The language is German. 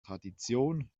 tradition